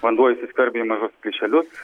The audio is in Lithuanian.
vanduo įsiskverbia į mažus plyšelius